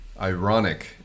ironic